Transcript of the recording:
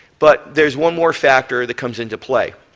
but there's one more factor that comes into play.